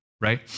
right